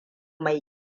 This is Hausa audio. mai